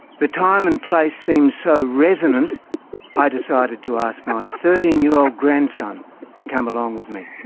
the time and place seemed so resonant i decided to ask my thirteen year old grandson to come along with me.